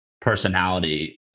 personality